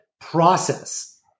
process